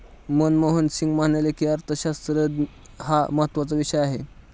मनमोहन सिंग म्हणाले की, अर्थशास्त्र हा महत्त्वाचा विषय आहे